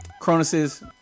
Cronus's